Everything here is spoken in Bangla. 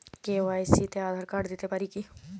কে.ওয়াই.সি তে আধার কার্ড দিতে পারি কি?